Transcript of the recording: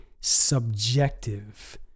subjective